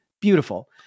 Beautiful